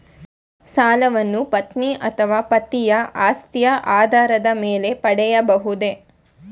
ಸಾಲವನ್ನು ಪತ್ನಿ ಅಥವಾ ಪತಿಯ ಆಸ್ತಿಯ ಆಧಾರದ ಮೇಲೆ ಪಡೆಯಬಹುದೇ?